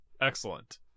Excellent